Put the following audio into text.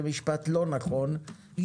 זה משפט לא נכון,